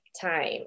time